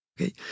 Okay